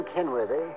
Kenworthy